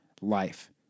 life